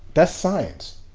that's science.